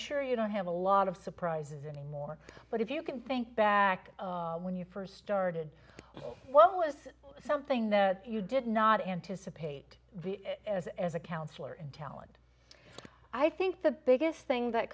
sure you don't have a lot of surprises anymore but if you can think back when you st started it was something that you did not anticipate as as a counsellor and talent i think the biggest thing that